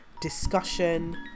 discussion